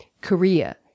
Korea